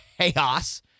chaos